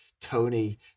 Tony